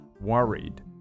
worried